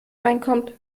reinkommt